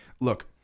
Look